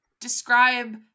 describe